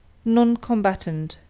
non-combatant,